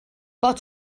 pot